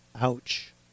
ouch